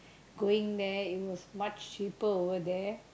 going there it was much cheaper over there